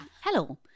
Hello